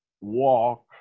walk